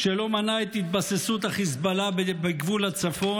שלא מנעה את התבססות החיזבאללה בגבול הצפון?